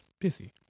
busy